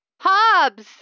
Hobbs